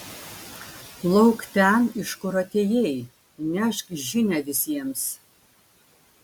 plauk ten iš kur atėjai nešk žinią visiems